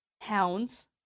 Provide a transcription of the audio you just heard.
hounds